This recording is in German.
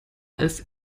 als